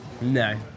No